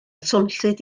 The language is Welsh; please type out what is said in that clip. swnllyd